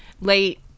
late